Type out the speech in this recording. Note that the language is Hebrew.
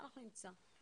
אנחנו נמצא.